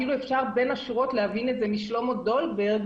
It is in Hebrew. אפילו אפשר בין השורות להבין את זה משלמה דולברג,